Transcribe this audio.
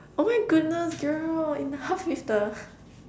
oh my goodness girl enough with the